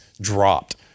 dropped